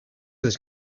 this